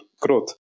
growth